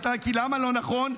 למה לא נכון?